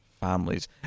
families